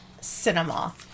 cinema